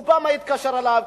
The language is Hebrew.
אובמה התקשר אליו,